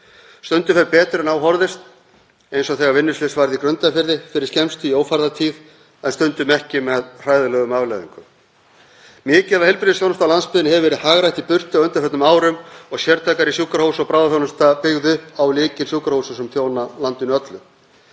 Stundum fer betur en á horfist, eins og þegar vinnuslys varð í Grundarfirði fyrir skemmstu í ófærðartíð, en stundum ekki, með hræðilegum afleiðingum. Mikið af heilbrigðisþjónustu á landsbyggðinni hefur verið hagrætt í burtu á undanförnum árum og sértækari sjúkrahús og bráðaþjónusta byggð upp á lykilsjúkrahúsum sem þjóna landinu öllu.